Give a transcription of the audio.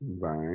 Bye